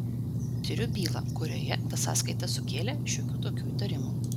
tiriu bylą kurioje ta sąskaita sukėlė šiokių tokių įtarimų